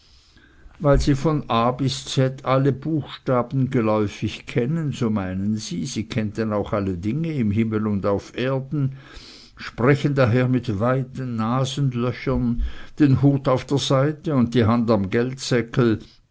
weil sie vom a bis z alle buchstaben geläufig kennen so meinen sie sie kennten auch alle dinge im himmel und auf erden sprechen daher mit weiten nasenlöchern den hut auf der seite und die hand am